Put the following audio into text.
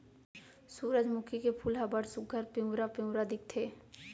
सुरूजमुखी के फूल ह बड़ सुग्घर पिंवरा पिंवरा दिखथे